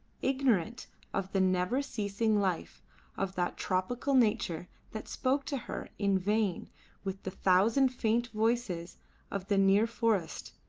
ignorant of the never-ceasing life of that tropical nature that spoke to her in vain with the thousand faint voices of the near forest,